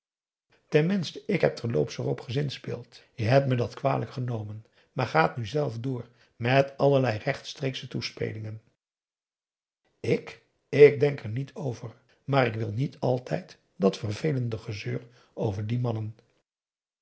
minste ik heb terloops erop gezinspeeld je hebt me dat kwalijk genomen maar gaat nu zelf door met allerlei rechtstreeksche toespelingen ik ik denk er niet over maar ik wil niet altijd dat vervelende gezeur over die mannen